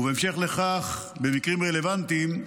ובהמשך לכך, במקרים רלוונטיים,